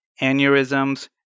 aneurysms